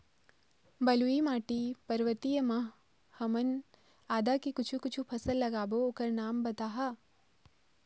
बलुई माटी पर्वतीय म ह हमन आदा के कुछू कछु फसल लगाबो ओकर नाम बताहा?